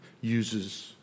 uses